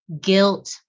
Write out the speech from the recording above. guilt